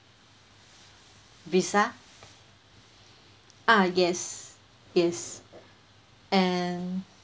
visa ah yes yes and